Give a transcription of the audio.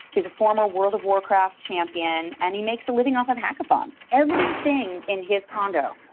he's a former world of warcraft champion and he makes a living off of hackathons. everything in his condo,